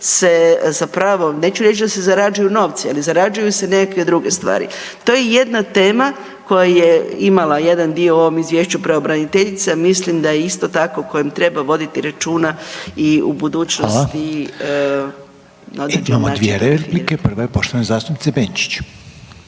se zapravo neću reći da se zarađuju novci, ali zarađuju se nekakve druge stvari. To je jedna tema koja je imala jedan dio u ovom izvješću pravobraniteljica. A mislim da je isto tako o kojem treba voditi računa i u budućnosti na određeni način.